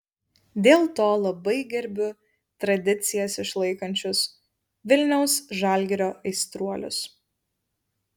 dėl to labai gerbiu tradicijas išlaikančius vilniaus žalgirio aistruolius